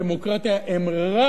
הם רק פתרונות פוליטיים.